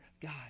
God